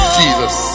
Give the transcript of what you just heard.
jesus